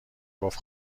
گفت